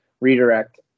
Redirect